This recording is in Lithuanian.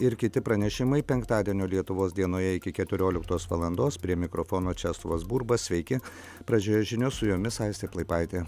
ir kiti pranešimai penktadienio lietuvos dienoje iki keturioliktos valandos prie mikrofono česlovas burba sveiki pradžioje žinios su jomis aistė plaipaitė